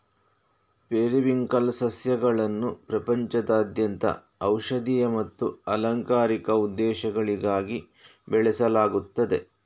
periwinkle ಸಸ್ಯಗಳನ್ನು ಪ್ರಪಂಚದಾದ್ಯಂತ ಔಷಧೀಯ ಮತ್ತು ಅಲಂಕಾರಿಕ ಉದ್ದೇಶಗಳಿಗಾಗಿ ಬೆಳೆಸಲಾಗುತ್ತದೆ